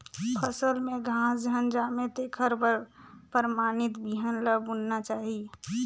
फसल में घास झन जामे तेखर बर परमानित बिहन ल बुनना चाही